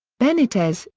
benitez,